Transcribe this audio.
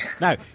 Now